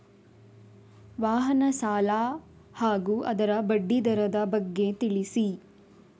ವಾಹನ ಸಾಲ ಹಾಗೂ ಅದರ ಬಡ್ಡಿ ದರದ ಬಗ್ಗೆ ತಿಳಿಸಿ?